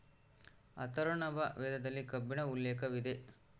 ಅಥರ್ವರ್ಣ ವೇದದಲ್ಲಿ ಕಬ್ಬಿಣ ಉಲ್ಲೇಖವಿದೆ